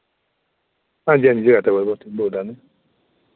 हांजी हांजी जगराते बोल्ला ना